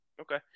Okay